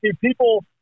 People